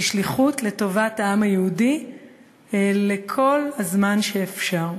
היא שליחות לטובת העם היהודי לכל הזמן שאפשר.